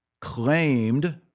claimed